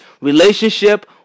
relationship